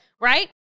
Right